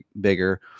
bigger